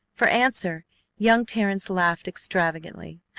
for answer young terrence laughed extravagantly